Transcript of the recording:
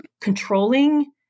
controlling